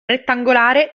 rettangolare